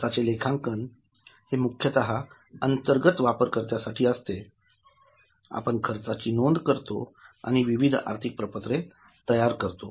खर्चाचे लेखांकन हे मुख्यतः अंतर्गत वापरकर्त्यांसाठी असते आपण खर्चाची नोंद करतोआणि विविध आर्थिक प्रपत्रे तयार करतो